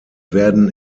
werden